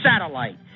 satellite